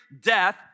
death